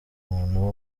umuntu